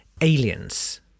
aliens